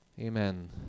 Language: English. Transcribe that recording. Amen